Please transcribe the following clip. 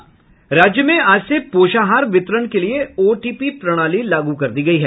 राज्य में आज से पोषाहार वितरण के लिए ओटीपी प्रणाली लागू कर दी गयी है